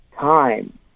time